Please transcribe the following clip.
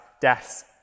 death's